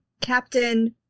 Captain